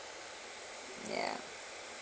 ya